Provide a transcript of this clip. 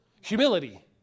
Humility